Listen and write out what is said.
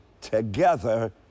together